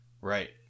right